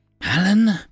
Alan